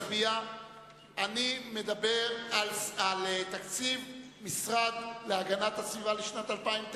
אני מדבר על תקציב המשרד להגנת הסביבה לשנת 2009,